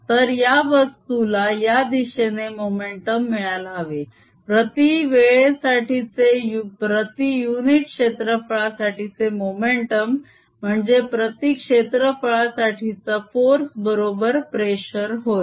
तर या वस्तूला या दिशेने मोमेटम मिळायला हवे प्रती वेळेसाठीचे प्रती युनिट क्षेत्रफळासाठीचे मोमेंटम म्हणजे प्रती क्षेत्रफळासाठीचा फोर्स बरोबर प्रेशर होय